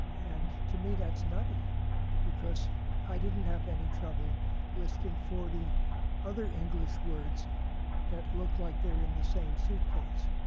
and to me, that's nutty because i didn't have any trouble listing forty other english words that look like they're in the same suitcase,